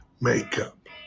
makeup